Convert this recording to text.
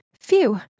Phew